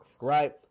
right